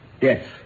Yes